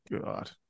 God